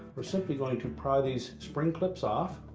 we're simply going to pry these spring clips off.